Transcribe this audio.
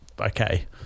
Okay